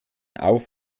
auf